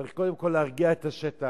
צריך קודם כול להרגיע את השטח.